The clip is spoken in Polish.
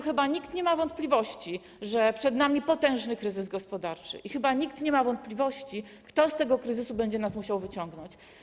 Chyba nikt nie ma wątpliwości, że przed nami potężny kryzys gospodarczy, i chyba nikt nie ma wątpliwości, kto z tego kryzysu będzie nas musiał wyciągnąć.